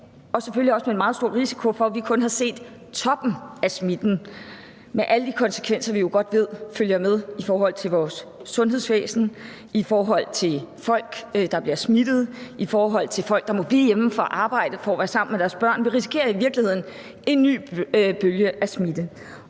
og selvfølgelig også med en meget stor risiko for, at vi kun har set toppen af smitten med alle de konsekvenser, vi jo godt ved følger med i forhold til vores sundhedsvæsen, i forhold til folk, der bliver smittet, i forhold til folk, der må blive hjemme fra arbejde for at være sammen med deres børn. Vi risikerer jo i virkeligheden en ny bølge af smitte.